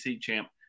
champ